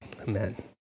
Amen